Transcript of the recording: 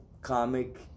comic